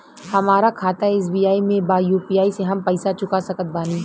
हमारा खाता एस.बी.आई में बा यू.पी.आई से हम पैसा चुका सकत बानी?